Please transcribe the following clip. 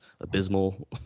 abysmal